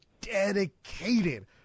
dedicated